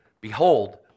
Behold